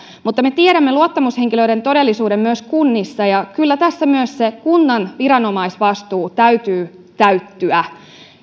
mutta me tiedämme luottamushenkilöiden todellisuuden myös kunnissa ja kyllä tässä myös sen kunnan viranomaisvastuun täytyy täyttyä